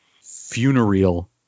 funereal